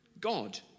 God